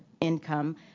income